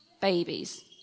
babies